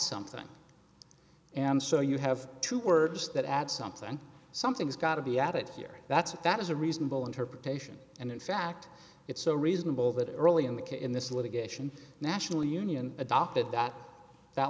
something and so you have two words that add something something's gotta be added here that's it that is a reasonable interpretation and in fact it's so reasonable that early in the in this litigation national union adopted that that